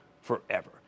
forever